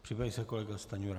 Připraví se kolega Stanjura.